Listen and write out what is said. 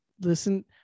listen